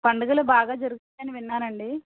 పండగలు బాగా జరుపుతారని విన్నానండి